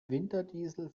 winterdiesel